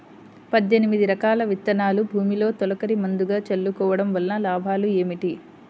పద్దెనిమిది రకాల విత్తనాలు భూమిలో తొలకరి ముందుగా చల్లుకోవటం వలన లాభాలు ఏమిటి?